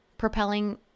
propelling